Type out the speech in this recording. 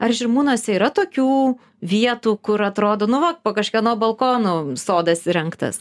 ar žirmūnuose yra tokių vietų kur atrodo nu va po kažkieno balkono sodas įrengtas